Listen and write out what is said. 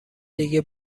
دیگه